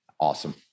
Awesome